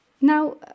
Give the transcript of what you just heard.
Now